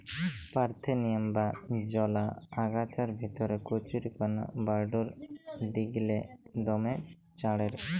parthenium বা জলা আগাছার ভিতরে কচুরিপানা বাঢ়্যের দিগেল্লে দমে চাঁড়ের